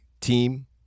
team